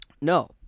No